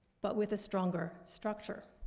but with a stronger structure.